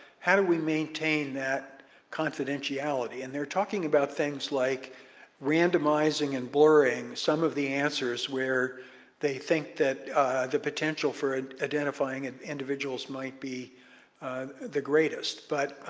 how do we maintain that confidentiality? and they're talking about things like randomizing and blurring some of the answers where they think that the potential for identifying and individuals might be the greatest. but